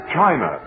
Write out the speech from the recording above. China